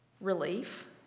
relief